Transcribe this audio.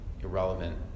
irrelevant